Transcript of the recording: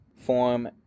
form